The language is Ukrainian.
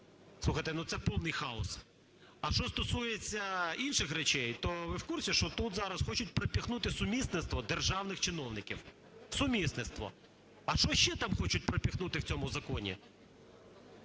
Слухайте, ну це повний хаос. А що стосується інших речей, то ви в курсі, що тут зараз хочуть пропихнути сумісництво державних чиновників. Сумісництво. А що ще там хочуть пропихнути в цьому законі?